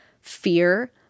fear